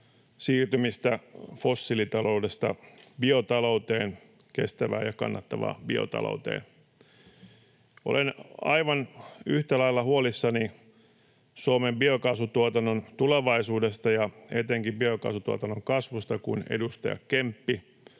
siirtymistä fossiilitaloudesta biotalouteen, kestävään ja kannattavaan biotalouteen. Olen aivan yhtä lailla huolissani Suomen biokaasutuotannon tulevaisuudesta ja etenkin biokaasutuotannon kasvusta kuin edustaja Kemppi.